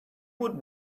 would